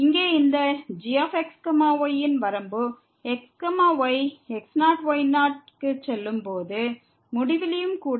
இங்கே இந்த gx y ன் வரம்பு x y x0 y0 க்கு செல்லும் போது முடிவிலியும் கூட